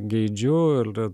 geidžiu il